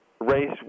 race